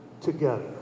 together